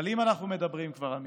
אבל אם אנחנו כבר מדברים על מלחמה,